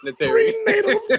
prenatal